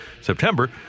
september